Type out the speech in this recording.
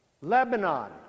Lebanon